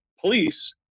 police